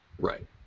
Right